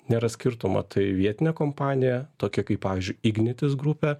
nėra skirtumo tai vietinė kompanija tokia kaip pavyzdžiui ignitis grupė